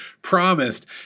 Promised